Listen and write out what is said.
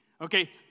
okay